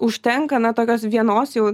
užtenka na tokios vienos jau